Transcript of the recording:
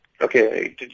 Okay